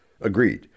Agreed